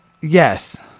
Yes